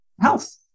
health